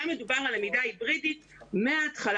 היה מדובר על למידה היברידית מהתחלה,